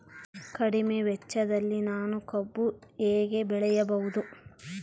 ಕಡಿಮೆ ವೆಚ್ಚದಲ್ಲಿ ನಾನು ಕಬ್ಬು ಹೇಗೆ ಬೆಳೆಯಬಹುದು?